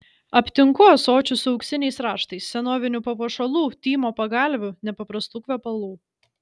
aptinku ąsočių su auksiniais raštais senovinių papuošalų tymo pagalvių nepaprastų kvepalų